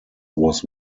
was